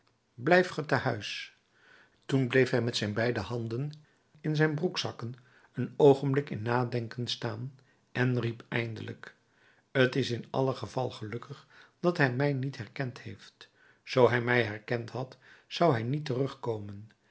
blijf gij te huis toen bleef hij met beide handen in zijn broekzakken een oogenblik in nadenken staan en riep eindelijk t is in allen geval gelukkig dat hij mij niet herkend heeft zoo hij mij herkend had zou hij niet terugkomen